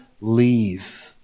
leave